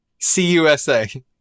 CUSA